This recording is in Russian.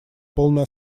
полной